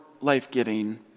life-giving